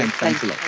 thank you,